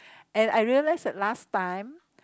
and I realise that last time